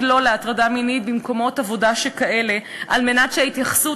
"לא" להטרדה מינית במקומות עבודה שכאלה על מנת שההתייחסות